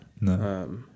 No